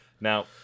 Now